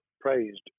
praised